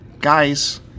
Guys